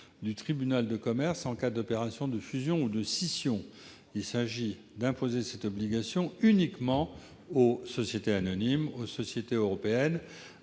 du tribunal de commerce en cas d'opérations de fusion ou de scission. Il s'agit d'imposer cette obligation uniquement aux sociétés anonymes et aux sociétés européennes,